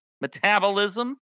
metabolism